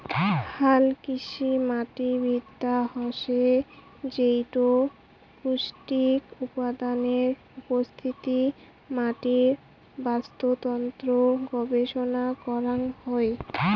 হালকৃষিমাটিবিদ্যা হসে যেইটো পৌষ্টিক উপাদানের উপস্থিতি, মাটির বাস্তুতন্ত্র গবেষণা করাং হই